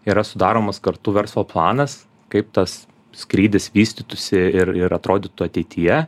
yra sudaromas kartu verslo planas kaip tas skrydis vystytųsi ir ir atrodytų ateityje